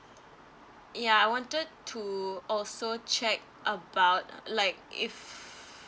ya I wanted to also check about like if